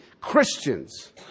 Christians